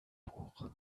buch